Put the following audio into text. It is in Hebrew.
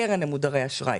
אם זה הקרן למודרי אשראי,